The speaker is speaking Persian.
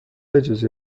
اجازه